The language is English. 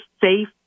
safe